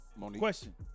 question